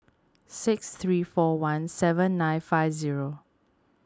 six three four one seven nine five zero